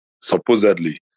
supposedly